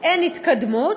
אין התקדמות,